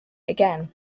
again